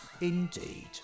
indeed